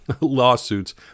lawsuits